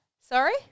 Sorry